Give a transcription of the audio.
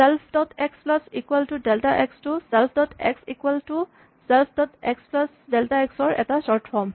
self dot x plus equal to delta x to self dot x equal to self dot x plus delta x ৰ এটা short form